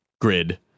grid